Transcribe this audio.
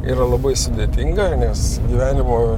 yra labai sudėtinga nes gyvenimo